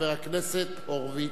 חבר הכנסת הורוביץ.